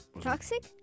Toxic